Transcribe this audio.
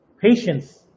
patience